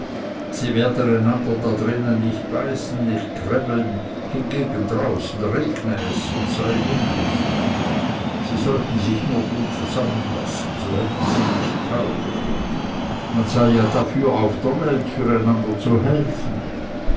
sie werden da innen einander nicht beißen nicht kräbeln hingegen draußen regne es und sei unlustig sie sollten sich nur gut zusammenlassen so hätten sie nicht kalt man sei ja dafür auf der welt für einander zu helfen